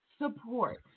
Support